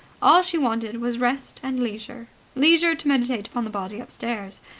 all she wanted was rest and leisure leisure to meditate upon the body upstairs.